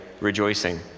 rejoicing